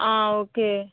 आं ओके